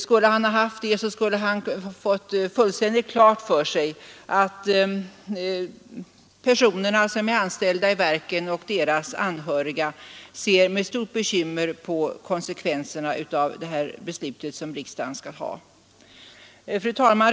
Om så varit fallet, hade han haft fullständigt klart för sig att de som är anställda i verken samt deras anhöriga med stort bekymmer ser på konsekvenserna av det beslut riksdagen kommer att fatta. Fru talman!